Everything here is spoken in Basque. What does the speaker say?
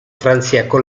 frantziako